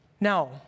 Now